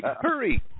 hurry